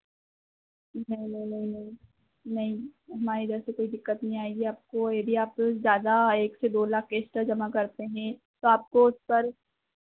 नहीं नहीं नहीं नहीं नहीं हमारे इधर से कोई दिक्कत नहीं आएगी आपको यदि आप जज़्यादा एक से दो लाख किश्त जमा करते हें तो आपको उस पर